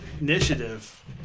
initiative